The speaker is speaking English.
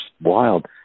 wild